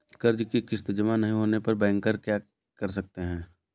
कर्ज कि किश्त जमा नहीं होने पर बैंकर क्या कर सकते हैं?